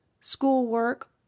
schoolwork